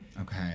Okay